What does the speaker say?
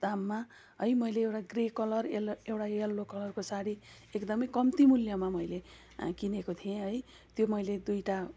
दाममा है मैले एउटा ग्रे कलर एल्लो एउटा यल्लो कलरको साडी एकदमै कम्ती मूल्यमा मैले किनेको थिएँ है त्यो मैले दुइटा